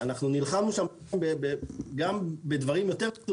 אנחנו נלחמנו שם גם בדברים יותר,